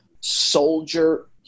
soldier